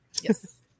Yes